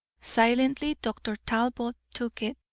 silently dr. talbot took it,